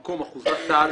המקום: אחוזת טל,